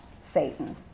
Satan